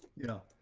yeah.